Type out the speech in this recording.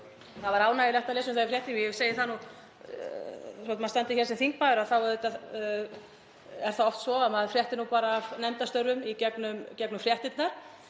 Það var ánægjulegt að lesa um þetta í fréttum. Ég segi það að þótt maður standi hér sem þingmaður þá er það oft svo að maður fréttir af nefndastörfum í gegnum fréttirnar.